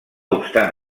obstant